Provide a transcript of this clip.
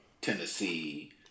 Tennessee